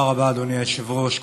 אדוני היושב-ראש.